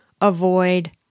avoid